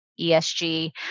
ESG